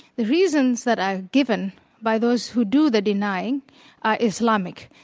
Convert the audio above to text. the reasons that are given by those who do the denying are islamic.